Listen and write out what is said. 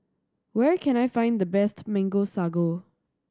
where can I find the best Mango Sago